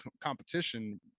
competition